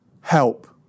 help